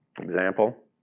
Example